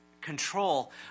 Control